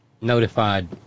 notified